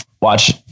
watch